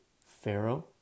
Pharaoh